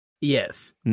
Yes